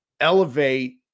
elevate